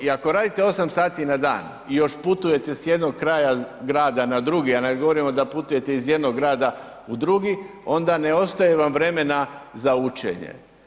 I ako radite 8 sati na dan i još putujete s jednog kraja grada na drugi, a ne govorimo da putujete iz jednog grada u drugi, onda ne ostaje vam vremena za učenje.